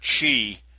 chi